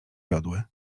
jodły